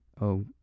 Oh